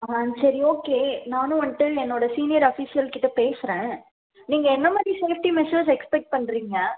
ஆ சரி ஓகே நானும் வந்துவிட்டு என்னோட சீனியர் அஃபிஸியல்கிட்ட பேசுறேன் நீங்கள் எந்தமாதிரி சேஃப்டி மெஷர்ஸ் எக்ஸ்பெக்ட் பண்ணுறீங்க